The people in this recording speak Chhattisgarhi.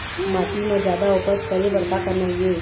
माटी म जादा उपज करे बर का करना ये?